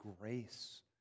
grace